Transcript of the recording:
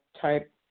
type